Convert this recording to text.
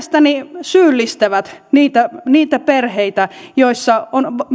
sanoja jotka mielestäni syyllistävät niitä niitä perheitä joissa on